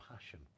passion